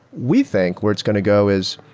we think where it's going to go is,